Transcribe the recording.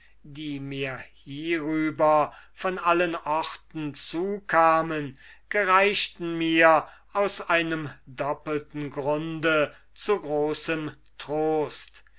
die mir hierüber von allen orten zukamen gereichten mir aus einem doppelten grunde zu großem troste